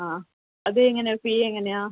ആ അത് എങ്ങനെ ഫീ എങ്ങനെയാണ്